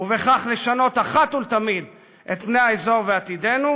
ובכך לשנות אחת ולתמיד את פני האזור ועתידנו,